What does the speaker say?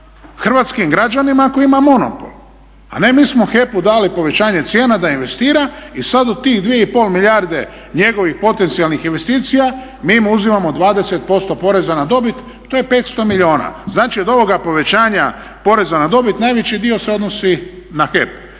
hrvatskim građanima koji ima monopol, a ne mi smo HEP-u dali povećanje cijena da investira i sad od tih 2 i pol milijarde njegovih potencijalnih investicija mi mu uzimamo 20% poreza na dobit. To je 500 milijuna. Znači, od ovoga povećanja poreza na dobit najveći dio se odnosi na HEP.